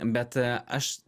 bet aš